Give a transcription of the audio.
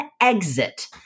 exit